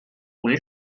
ohne